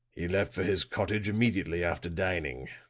he left for his cottage immediately after dining.